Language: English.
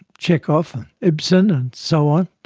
chekhov and ibsen and so on.